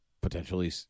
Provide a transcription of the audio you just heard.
potentially